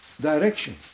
direction